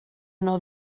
yno